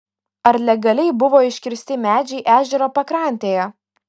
ar legaliai buvo iškirsti medžiai ežero pakrantėje